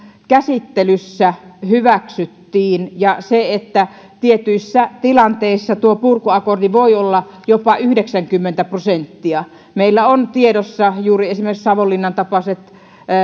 käsittelyssä hyväksyttiin että tietyissä tilanteissa tuo purkuakordi voi olla jopa yhdeksänkymmentä prosenttia meillä ovat tiedossa juuri esimerkiksi savonlinnan tapaiset